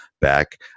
back